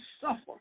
suffer